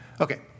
Okay